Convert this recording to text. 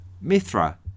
Mithra